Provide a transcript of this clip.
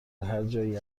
هرجایی